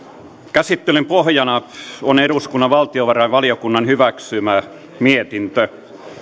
käsittelyn pohjana on eduskunnan valtiovarainvaliokunnan hyväksymä mietintö